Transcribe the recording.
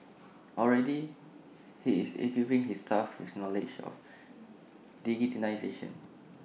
already he is equipping his staff with knowledge of